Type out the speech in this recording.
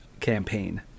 campaign